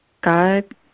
God